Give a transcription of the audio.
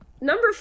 Number